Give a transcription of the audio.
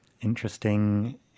interesting